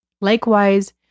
Likewise